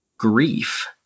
grief